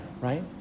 right